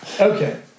Okay